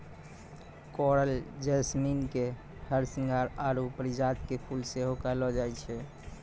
coral jasmine के हरसिंहार आरु परिजात के फुल सेहो कहलो जाय छै